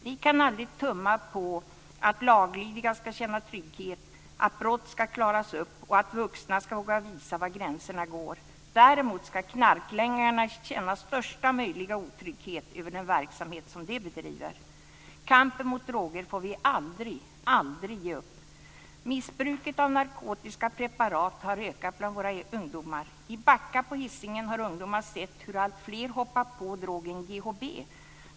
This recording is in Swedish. Vi kan aldrig tumma på att laglydiga ska känna trygghet, att brott ska klaras upp och att vuxna ska våga visa var gränserna går. Däremot ska knarklangarna känna största möjliga otrygghet över den verksamhet som de bedriver. Kampen mot droger får vi aldrig ge upp. Missbruket av narkotiska preparat har ökat bland våra ungdomar. I Backa på Hisingen har ungdomar sett hur alltfler hoppat på drogen GHB.